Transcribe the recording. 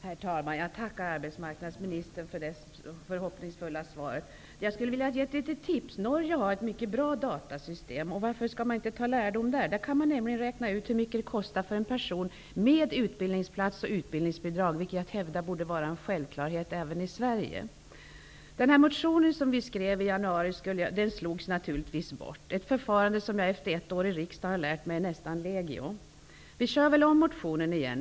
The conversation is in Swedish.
Herr talman! Jag tackar arbetsmarknadsministern för det förhoppningsfulla svaret. Jag skulle vilja ge ett litet tips. Norge har ett mycket bra datasystem för detta ändamål. Varför inte ta lärdom där? Där kan man nämligen räkna ut hur mycket det kostar för en person med utbildningsplats och utbildningsbidrag, vilket jag hävdar borde vara en självklarhet även i Sverige. Den motion vi skrev i januari slogs naturligtvis bort, ett förfarande som jag efter ett år i riksdagen har lärt mig är nästan legio. Vi kör väl om motionen igen.